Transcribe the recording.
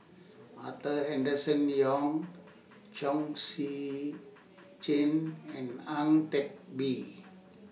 Arthur Henderson Young Chong Tze Chien and Ang Teck Bee